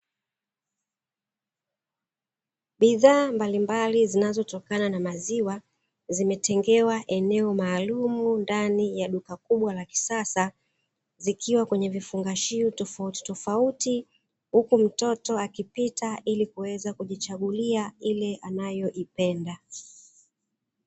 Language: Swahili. Bidhaa mbalimbali zinazotokana na maziwa zimetengewa eneo maalumu ndani ya duka kubwa la kisasa, zikiwa kwenye vifungashio tofautitofauti huku mtoto akipita ili kuweze kujichagulia ileanayoipenda.